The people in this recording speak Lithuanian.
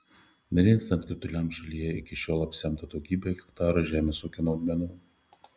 nerimstant krituliams šalyje iki šiol apsemta daugybė hektarų žemės ūkio naudmenų